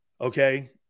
Okay